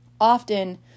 Often